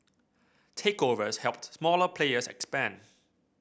takeovers helped smaller players expand